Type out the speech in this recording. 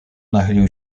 nachylił